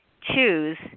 choose